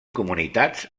comunitats